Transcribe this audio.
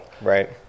Right